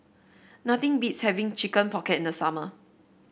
nothing beats having Chicken Pocket the summer